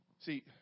See